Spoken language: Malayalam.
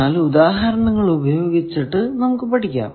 എന്നാൽ ഉദാഹരണങ്ങൾ ഉപയോഗിച്ച് നമുക്ക് പഠിക്കാം